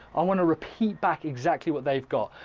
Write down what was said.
i want to repeat back exactly what they've got.